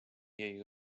jej